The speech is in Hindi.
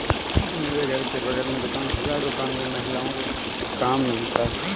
मेरे घर के बगल में दुकान खुला है दुकान में महिलाओं को काम मिलता है